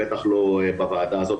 בטח לא בוועדה הזאת.